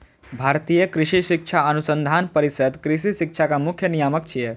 भारतीय कृषि शिक्षा अनुसंधान परिषद कृषि शिक्षाक मुख्य नियामक छियै